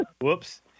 Whoops